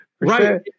Right